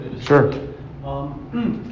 Sure